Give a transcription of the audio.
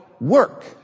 work